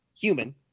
human